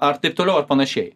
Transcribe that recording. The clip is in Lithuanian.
ar taip toliau ar panašiai